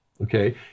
okay